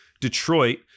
Detroit